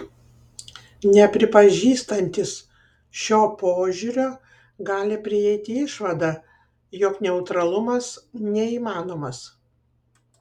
nepripažįstantys šio požiūrio gali prieiti išvadą jog neutralumas neįmanomas